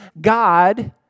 God